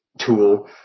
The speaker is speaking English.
tool